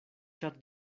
ĉar